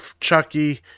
Chucky